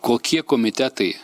kokie komitetai